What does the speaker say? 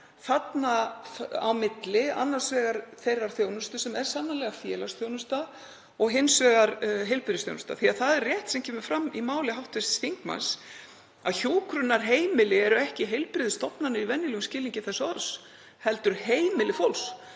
þarna á milli, annars vegar þeirrar þjónustu sem er sannarlega félagsþjónusta og hins vegar heilbrigðisþjónustu af því það er rétt sem kemur fram í máli hv. þingmanns að hjúkrunarheimili eru ekki heilbrigðisstofnanir í venjulegum skilningi þess orðs heldur heimili fólks.